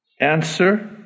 Answer